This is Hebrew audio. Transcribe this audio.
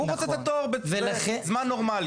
הוא רוצה את התור בזמן נורמלי.